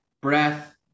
Breath